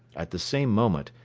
at the same moment,